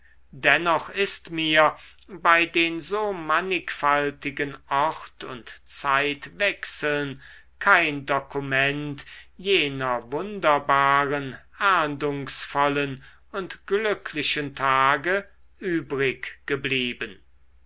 dennoch ist mir bei den so mannigfaltigen ort und zeitwechseln kein dokument jener wunderbaren ahndungsvollen und glücklichen tage übrig geblieben